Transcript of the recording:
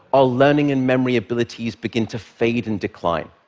our learning and memory abilities begin to fade and decline.